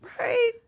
Right